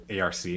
ARC